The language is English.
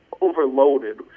overloaded